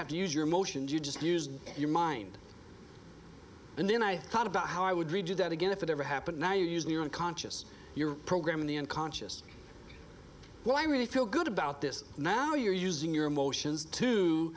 have to use your emotions you just used your mind and then i thought about how i would read that again if it ever happened now you used your own conscious your program in the end conscious well i really feel good about this now you're using your emotions to